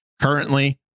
Currently